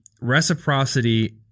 reciprocity